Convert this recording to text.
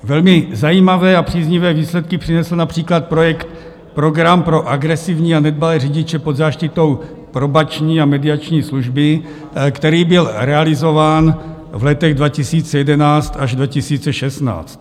Velmi zajímavé a příznivé výsledky přinesl například projekt Program pro agresivní a nedbalé řidiče pod záštitou Probační a mediační služby, který byl realizován v letech 2011 až 2016.